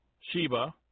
Sheba